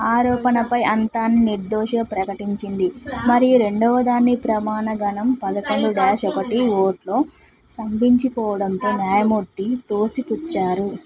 ఆరోపణపై అంతా నిర్దోషిగా ప్రకటించింది మరియు రెండవదాన్ని ప్రమాణగణం పదకొండు డ్యాష్ ఒకటి ఓట్లో స్తంభించిపోవడంతో న్యాయమూర్తి తోసిపుచ్చారు